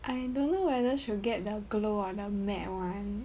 I don't know whether she will get the glow or the matte [one]